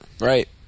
Right